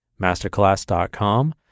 Masterclass.com